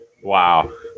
Wow